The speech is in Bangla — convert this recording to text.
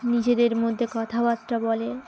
নিজেদের মধ্যে কথাবার্তা বলে